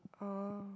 ah